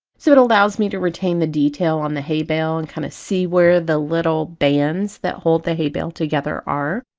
so it allows me to retain the detail on the hay-bale and kind of see where the little bands that hold the hay-bale together are.